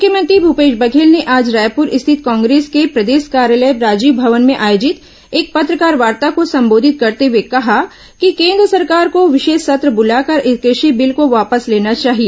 मुख्यमंत्री भूपेश बघेल ने आज रायपुर स्थित कांग्रेस के प्रदेश कार्यालय राजीव भवन में आयोजित एक पत्रकारवार्ता को संबोधित करते हुए कहा कि केन्द्र सरकार को विशेष सत्र बुलाकर इस कृषि बिल को वापस लेना चाहिए